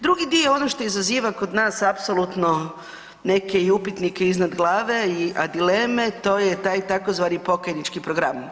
Drugi dio ono što izaziva kod nas apsolutno neke i upitnike iznad glave, dileme to je taj tzv. pokajnički program.